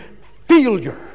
failure